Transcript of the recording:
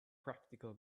practical